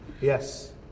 Yes